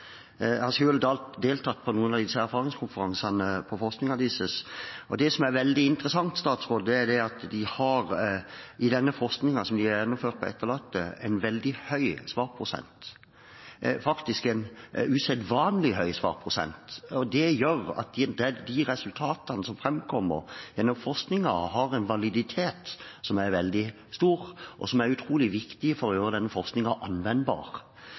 Jeg har selv deltatt på noen av erfaringskonferansene i forbindelse med forskningen deres, og det som er veldig interessant, er at de, i den forskningen som de har gjennomført om etterlatte, har en veldig høy svarprosent – faktisk en usedvanlig høy svarprosent. Det gjør at de resultatene som framkommer gjennom forskningen, har en validitet som er veldig stor, og som er utrolig viktig for å gjøre denne forskningen anvendbar.